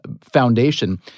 foundation